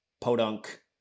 Podunk